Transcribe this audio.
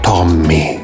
Tommy